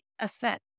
effect